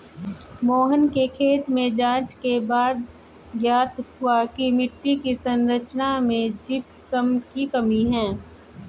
मोहन के खेत में जांच के बाद ज्ञात हुआ की मिट्टी की संरचना में जिप्सम की कमी है